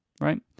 right